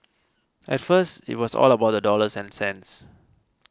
at first it was all about the dollars and cents